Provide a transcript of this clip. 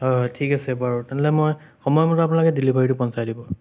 হয় হয় ঠিক আছে বাৰু তেনেহ'লে মই সময়মতে আপোনালোকে ডেলিভাৰীটো পহোচাই দিব